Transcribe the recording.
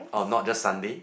or not just Sunday